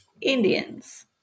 Indians